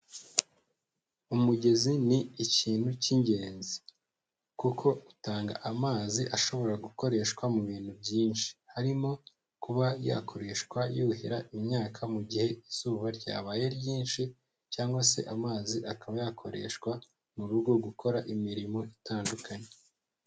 Umugezi ni ikintu k'ingenzi kuko utanga amazi ashobora gukoreshwa mu bintu byinshi, harimo kuba yakoreshwa yuhira imyaka mu gihe izuba ryabaye ryinshi cyangwa se amazi akaba yakoreshwa mu rugo gukora imirimo itandukanye.